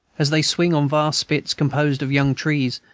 as they swing on vast spits, composed of young trees,